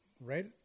right